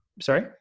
Sorry